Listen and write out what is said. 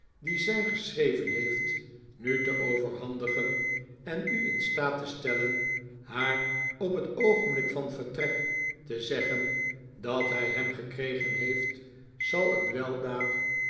dien zij geschreven heeft nu te overhandigen en u in staat te stellen haar op het bogenblik van vertrek te zeggen dat hij hem gekregen heeft zal een weldaad